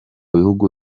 bihugu